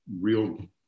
real